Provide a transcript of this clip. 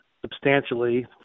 substantially